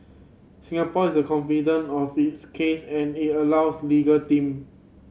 Singapore is confident of its case and it allows legal team